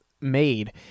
made